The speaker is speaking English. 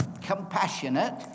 compassionate